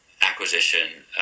acquisition